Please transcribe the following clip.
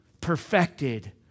perfected